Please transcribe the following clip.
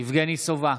יבגני סובה,